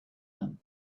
them